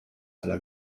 aller